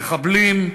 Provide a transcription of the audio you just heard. מחבלים,